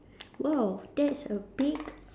!wow! that's a big